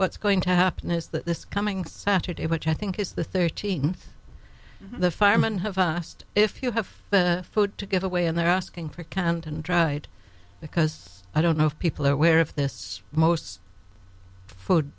what's going to happen is that this coming saturday which i think is the thirteenth the firemen have asked if you have food to give away and they're asking for canned and dried because i don't know if people are aware of this most food